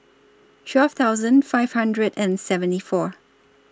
twelve thousand five hundred and seventy four